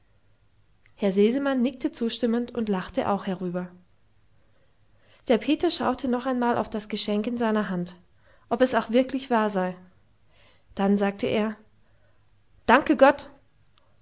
herr sesemann nickte zustimmend und lachte auch herüber der peter schaute noch einmal auf das geschenk in seiner hand ob es auch wirklich wahr sei dann sagte er danke gott